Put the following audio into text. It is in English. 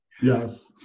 Yes